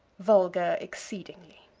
vulgar exceedingly.